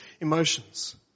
emotions